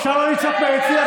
אפשר לא לצעוק מהיציע?